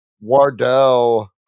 Wardell